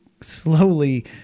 slowly –